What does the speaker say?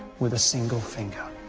with a single finger.